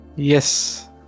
Yes